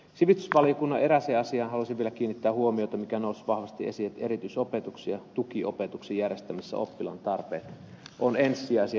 sivistysvaliokunnan erääseen asiaan haluaisin vielä kiinnittää huomiota mikä nousi vahvasti esiin että erityisopetuksen ja tukiopetuksen järjestämisessä oppilaan tarpeet ovat ensisijaisia